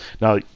now